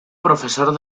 profesor